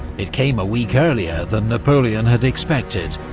it came a week earlier than napoleon had expected,